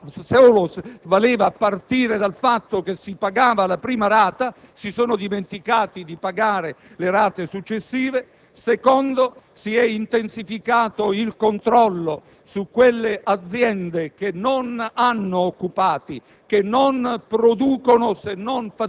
che tale condono valeva a partire dal pagamento della prima rata, si sono dimenticati di pagare le rate successive. In secondo luogo, si è intensificato il controllo su quelle aziende che non hanno occupati,